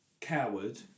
coward